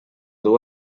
duu